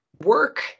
work